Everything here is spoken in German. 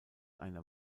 eine